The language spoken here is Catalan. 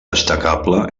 destacable